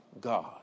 God